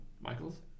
Michael's